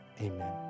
Amen